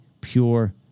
pure